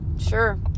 Sure